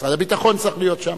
משרד הביטחון צריך להיות שם.